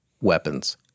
weapons